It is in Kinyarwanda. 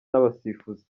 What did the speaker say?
n’abasifuzi